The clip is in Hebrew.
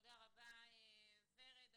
תודה רבה, ורד.